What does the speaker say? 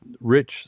Rich